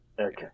Okay